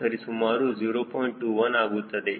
21 ಆಗುತ್ತದೆ